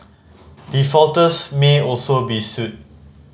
defaulters may also be sued